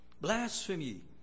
blasphemy